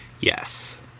Yes